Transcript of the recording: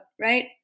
right